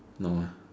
no ah